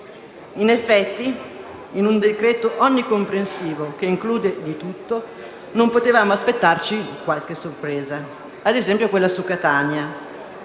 In effetti, in un decreto-legge onnicomprensivo, che include di tutto, non potevamo che aspettarci qualche sorpresa. Ad esempio la norma su Catania.